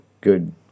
good